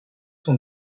son